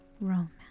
romance